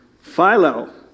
Philo